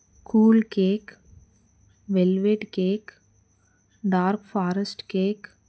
cool cake velvet cake dark forest cake